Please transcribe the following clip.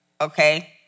okay